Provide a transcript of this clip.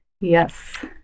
yes